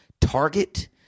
target